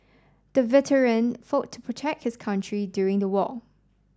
the veteran fought protect his country during the war